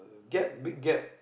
get big gap